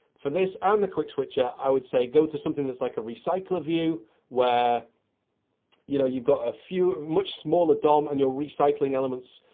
for this and the quick switcher, i would say, go to something that's like a recycler view where you know you've got a few much smaller dom and you're recycling elements.